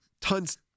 tons